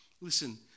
Listen